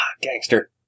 Gangster